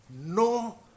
no